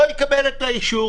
לא יקבל את האישור.